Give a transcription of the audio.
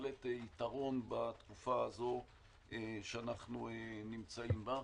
בהחלט יתרון בתקופה הזאת שאנחנו נמצאים בה.